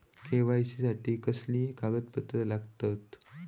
KYC साठी कसली कागदपत्र लागतत?